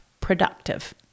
productive